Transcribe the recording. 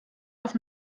auf